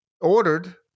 ordered